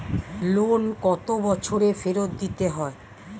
Loan কত বছরে ফেরত দিতে হয়?